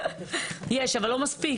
יש, אבל לא מספיק.